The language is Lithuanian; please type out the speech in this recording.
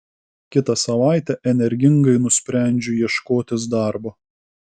kitą savaitę energingai nusprendžiu ieškotis darbo